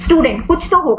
student कुछ तो होगा